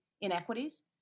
inequities